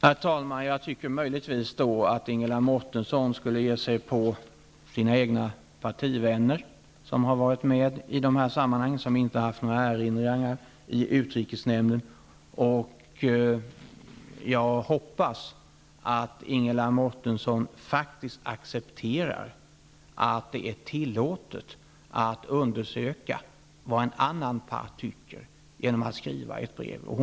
Herr talman! Jag tycker då möjligtvis att Ingela Mårtensson skulle ge sig på sina egna partivänner, som har varit med i dessa sammanhang och som inte haft några erinringar i utrikesnämnden. Jag hoppas att Ingela Mårtensson faktiskt accepterar att det är tillåtet att undersöka vad en annan part tycker genom att sända i väg ett ett brev.